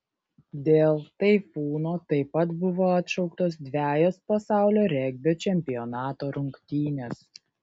dėl taifūno taip pat buvo atšauktos dvejos pasaulio regbio čempionato rungtynės